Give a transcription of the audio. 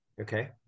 Okay